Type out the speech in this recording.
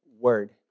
word